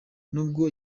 nubwo